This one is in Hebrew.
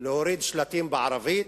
להוריד שלטים בערבית,